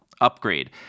upgrade